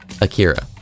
Akira